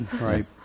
Right